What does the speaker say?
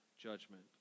judgment